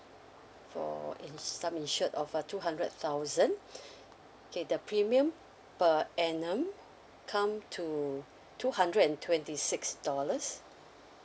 for ins~ sum insured of uh two hundred thousand okay the premium per annum come to two hundred and twenty six dollars